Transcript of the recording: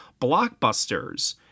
blockbusters